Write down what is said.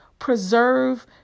preserve